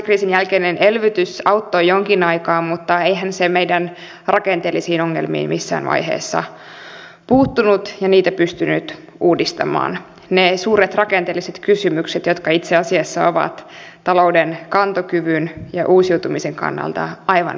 finanssikriisin jälkeinen elvytys auttoi jonkin aikaa mutta eihän se meidän rakenteellisiin ongelmiimme missään vaiheessa puuttunut ja niitä pystynyt uudistamaan ne suuret rakenteelliset kysymykset jotka itse asiassa ovat talouden kantokyvyn ja uusiutumisen kannalta aivan välttämättömiä